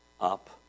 up